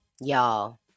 Y'all